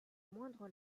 moindre